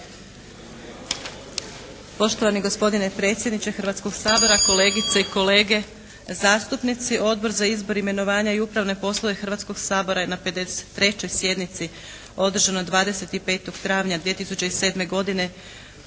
Poštovani gospodine predsjedniče Hrvatskog sabora, kolegice i kolege zastupnici. Odbor za izbor, imenovanja i upravne poslove Hrvatskog sabora je na 53. sjednici održanoj 25. travnja 2007. godine